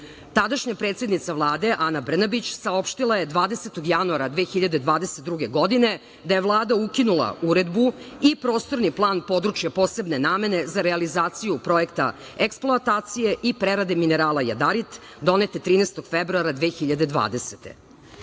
Tadašnja predsednica Vlade Ana Brnabić saopštila je 20. januara. 2022. godine da je Vlada ukinula Uredbu i Prostorni plan područja posebne namene za realizaciju projekta eksploatacije i prerade minerala jadarit donet 13. februara. 2020.